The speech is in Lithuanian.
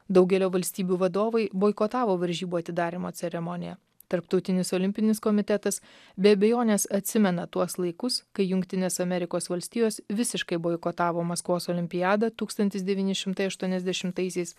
daugelio valstybių vadovai boikotavo varžybų atidarymo ceremoniją tarptautinis olimpinis komitetas be abejonės atsimena tuos laikus kai jungtinės amerikos valstijos visiškai boikotavo maskvos olimpiadą tūkstantis devyni šimtai aštuoniasdešimtaisiais